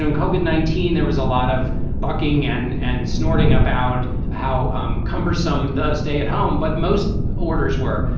know, i covered nineteen. there was a lot of bucking and and snorting about how um cumbersome the stay at home, but most orders were.